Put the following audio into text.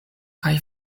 kaj